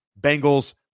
Bengals